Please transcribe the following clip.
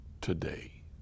today